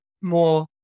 more